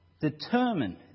Determine